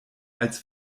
als